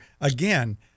Again